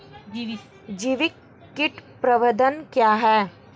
जैविक कीट प्रबंधन क्या है?